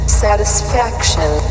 satisfaction